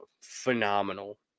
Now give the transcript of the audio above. phenomenal